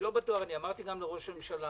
אמרתי לראש הממשלה